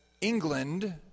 England